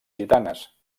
gitanes